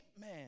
Man